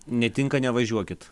netinka nevažiuokit